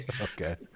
okay